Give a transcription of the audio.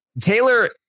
Taylor